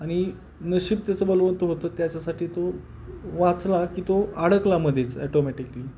आणि नशिब त्याचं बलवत्तर होतं त्याच्यासाठी तो वाचला की तो अडकला मध्येच ॲटोमॅटिकली